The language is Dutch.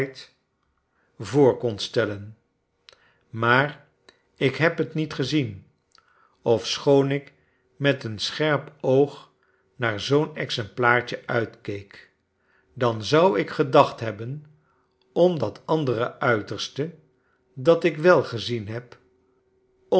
lowell kon stellen maar ik heb t niet gezien ofschoon ik met een scherp oognaar zoo'n exemplaartje uitkeek dan zou ik gedacht hebben om dat andere uiterste dat ik wel gezien heb